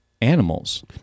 animals